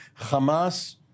Hamas